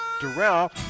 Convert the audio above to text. Durrell